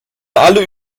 alle